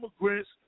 immigrants